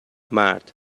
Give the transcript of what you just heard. مرد